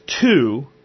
two